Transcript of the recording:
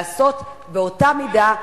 לעשות באותה מידה,